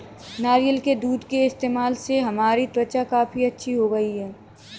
नारियल के दूध के इस्तेमाल से हमारी त्वचा काफी अच्छी हो गई है